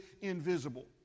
invisible